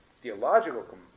theological